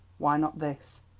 why not this?